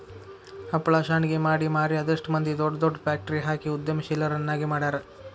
ಹಪ್ಳಾ ಶಾಂಡ್ಗಿ ಮಾಡಿ ಮಾರಿ ಅದೆಷ್ಟ್ ಮಂದಿ ದೊಡ್ ದೊಡ್ ಫ್ಯಾಕ್ಟ್ರಿ ಹಾಕಿ ಉದ್ಯಮಶೇಲರನ್ನಾಗಿ ಮಾಡ್ಯಾರ